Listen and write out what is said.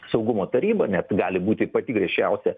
saugumo taryba net gali būti pati griežčiausia